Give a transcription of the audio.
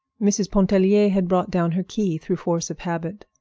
mrs. pontellier had brought down her key through force of habit.